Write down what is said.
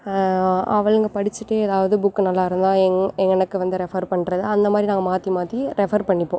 அவளுங்க படிச்சிவிட்டு எதாவது புக்கு நல்லா இருந்தால் எங் எனக்கு வந்து ரெஃபர் பண்ணுறது அந்த மாதிரி நாங்கள் மாற்றி மாற்றி ரெஃபர் பண்ணிப்போம்